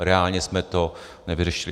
Reálně jsme to nevyřešili.